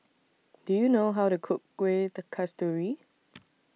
Do YOU know How to Cook Kuih Kasturi